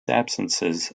absences